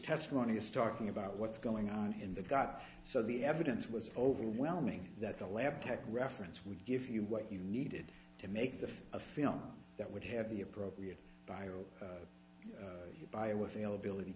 testimony is starting about what's going on in the gut so the evidence was overwhelming that the lab tech reference would give you what you needed to make the a film that would have the appropriate bio bioavailability